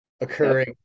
occurring